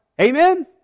Amen